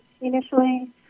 initially